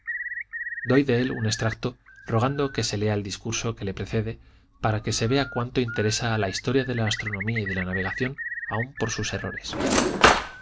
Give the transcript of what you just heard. doy de él un extracto rogando que se lea el discursito que le precede para que se vea cuánto interesa a la historia de la astronomía y de la navegación aun por sus errores